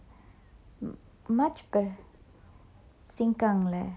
much but seng kang lah